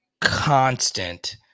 constant